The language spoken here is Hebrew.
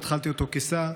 התחלתי אותו כשר,